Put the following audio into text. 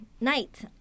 night